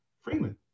Freeman